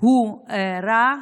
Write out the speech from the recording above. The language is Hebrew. הוא רע,